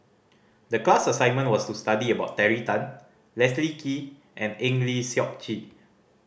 the class assignment was to study about Terry Tan Leslie Kee and Eng Lee Seok Chee